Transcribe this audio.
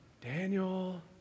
Daniel